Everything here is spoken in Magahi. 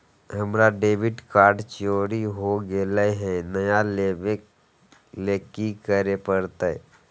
हमर डेबिट कार्ड चोरी हो गेले हई, नया लेवे ल की करे पड़तई?